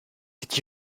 did